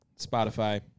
Spotify